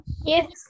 Yes